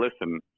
listen